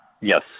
Yes